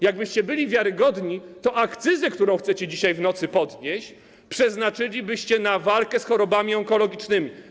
Jakbyście byli wiarygodni, to akcyzę, którą chcecie dzisiaj w nocy podnieść, przeznaczylibyście na walkę z chorobami onkologicznymi.